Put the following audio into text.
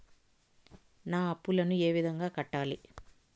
నా అప్పులను ఏ విధంగా కట్టాలి?